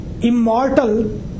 immortal